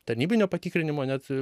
tarnybinio patikrinimo net